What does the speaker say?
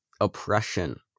Oppression